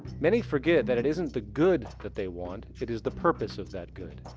many forget that it isn't the good that they want, it is the purpose of that good.